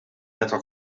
meta